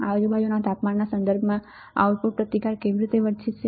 આજુબાજુના તાપમાનના સંદર્ભમાં આઉટપુટ પ્રતિકાર કેવી રીતે વર્તે છે